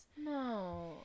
No